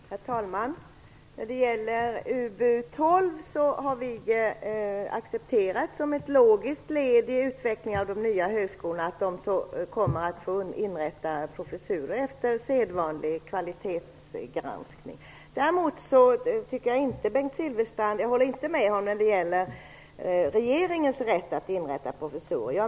Herr talman! När det gäller UbU 12 har vi accepterat som ett logiskt led i utvecklingen av de nya högskolorna att de skall kunna inrätta professurer efter sedvanlig kvalitetsgranskning. Däremot håller jag inte med Bengt Silfverstrand om regeringens rätt att inrätta professurer.